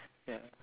ya